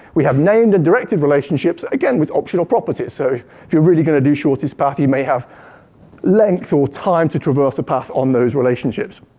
we have named and directed relationships, again with optional properties. so if you're really gonna do shortest path, you may have length or time to traverse a path on those relationships.